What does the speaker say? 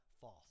false